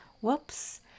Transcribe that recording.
Whoops